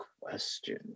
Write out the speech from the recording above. question